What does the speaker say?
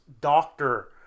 doctor